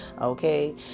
okay